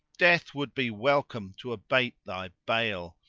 death would be welcome to abate thy bale!